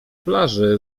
plaży